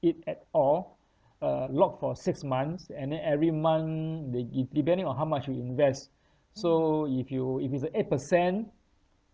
it at all uh lock for six months and then every month they give depending on how much you invest so if you if it's a eight percent